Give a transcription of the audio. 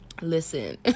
listen